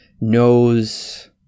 knows